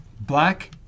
black